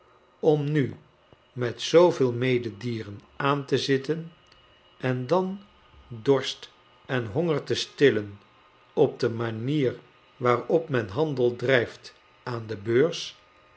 om nu met zooveel mede dieren aan te zitten en dan dorst en honger te stillen op de manier waarop men handel drijft aan de beurs